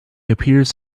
appears